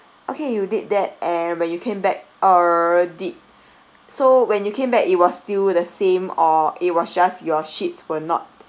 okay you did that and when you came back err did so when you came back it was still the same or it was just your sheets were not